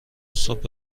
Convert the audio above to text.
صبح